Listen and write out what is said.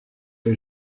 que